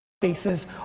faces